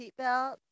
seatbelt